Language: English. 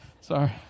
sorry